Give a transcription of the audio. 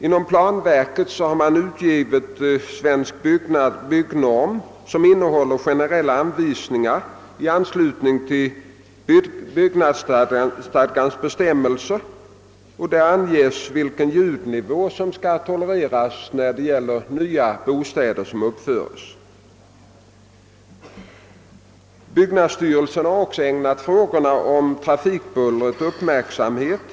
Inom statens planverk har utgivits Svenska byggnormer, som innehåller generella anvisningar i anslutning till byggnadsstadgans bestämmelser och vari anges vilken ljudnivå som kan tolereras vid uppförande av nya bostäder. Byggnadsstyrelsen har ägnat frågorna om trafikbullret uppmärksamhet.